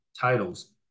titles